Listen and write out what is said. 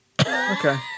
okay